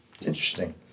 Interesting